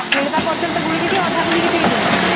ବିଳିବା ପର୍ଯ୍ୟନ୍ତ ପିଇବି କି ଅଧା ଗୋଳିକି ପିଇବି